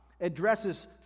addresses